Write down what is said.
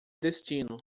destino